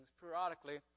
periodically